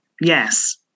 Yes